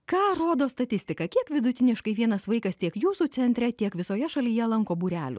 ką rodo statistika kiek vidutiniškai vienas vaikas tiek jūsų centre tiek visoje šalyje lanko būrelių